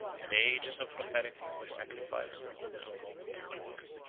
and ages of prosperity were sacrificed to a moment of glory.